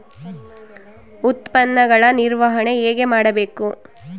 ಉತ್ಪನ್ನಗಳ ನಿರ್ವಹಣೆ ಹೇಗೆ ಮಾಡಬೇಕು?